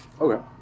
Okay